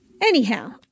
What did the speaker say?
Anyhow